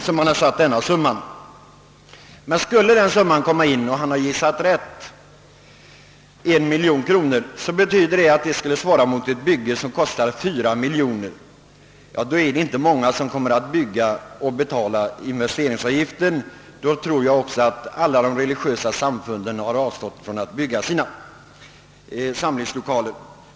Skulle han ha gissat rätt, så att det kommer in 1 miljon, betyder det att byggkostnaden uppgår till 4 miljoner. Det innebär att det inte är många som bygger och betalar investeringsavgiften, och då tror jag också att de religiösa samfunden avstår från att bygga samlingslokaler.